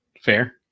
Fair